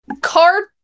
card